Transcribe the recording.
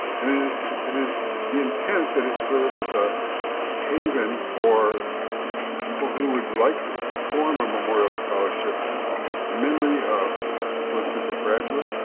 and it it is the intent that it serve as a haven for people who would like to form a memorial scholarship in memory of a floyd central graduate,